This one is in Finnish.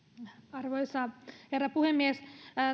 arvoisa herra puhemies